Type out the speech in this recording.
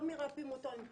לא מרפאים אותו עם פלסטרים.